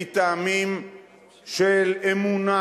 מטעמים של אמונה,